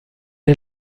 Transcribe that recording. est